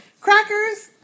Crackers